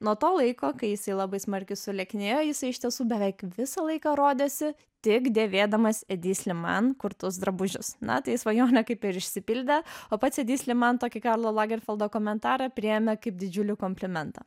nuo to laiko kai jis labai smarkiai sulieknėjo jisai iš tiesų beveik visą laiką rodėsi tik dėvėdamas edi sliman kurtus drabužius na tai svajonė kaip ir išsipildė o pats edi sliman tokį karlo lagerfeldo komentarą priėmė kaip didžiulį komplimentą